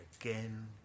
again